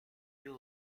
you